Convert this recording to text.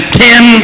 ten